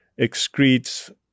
excretes